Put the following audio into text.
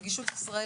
נגישות ישראל,